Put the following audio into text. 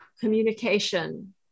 communication